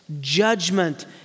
judgment